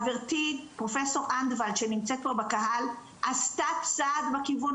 חברתי פרופ' אנדולט שנמצאת פה בקהל עשתה צעד בכיוון